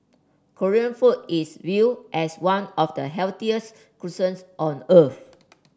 Korean food is viewed as one of the healthiest cuisines on earth